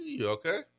Okay